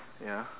ya